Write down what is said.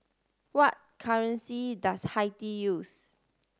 what currency does Haiti use